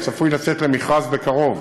הצפוי לצאת למכרז בקרוב,